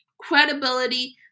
credibility